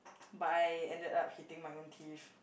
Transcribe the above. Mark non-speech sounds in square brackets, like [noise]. [noise] but I ended up hitting my own teeth